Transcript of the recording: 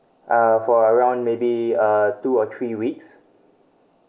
uh for around maybe uh two or three weeks